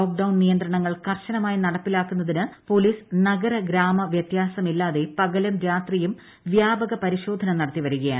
lockdown നിയന്ത്രണങ്ങൾ കർശനമായി നടപ്പിലാക്കുന്നതിന് പോലീസ് നഗര ഗ്രാമ വ്യത്യാസമില്ലാതെ പകലും രാത്രിയും വ്യാപക പരിശോധന നടത്തി വരികയാണ്